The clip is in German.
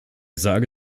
sage